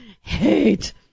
Hate